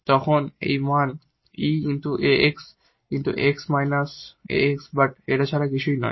তখন এটি মান 𝑒 𝑎𝑥 ∫ 𝑋 𝑒 −𝑎𝑥 ছাড়া আর কিছুই নয়